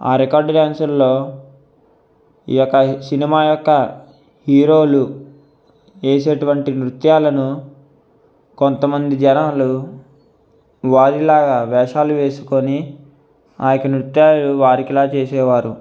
ఆ రికార్డు డాన్సుల్లో ఈ యొక్క సినిమా యొక్క హీరోలు చేసేటువంటి నృత్యాలను కొంతమంది జనాలు వారిలాగా వేషాలు వేసుకొని ఆ యొక్క నృత్యాలు వారికల చేసేవారు